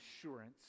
assurance